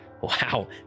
Wow